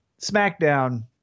SmackDown